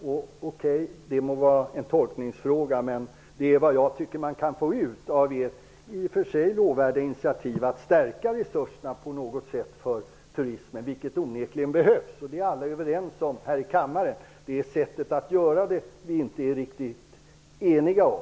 Okej, det må vara en tolkningsfråga, men det är vad jag tycker att man kan få ut av ert i och för sig lovvärda initiativ att på något sätt stärka resurserna för turismen. Att de behöver förstärkas är alla överens om här i kammaren. Det är sättet att göra det som vi inte är riktigt eniga om.